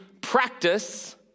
practice